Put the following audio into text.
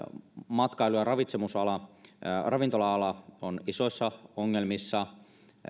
matkailu ja ravintola ala on isoissa ongelmissa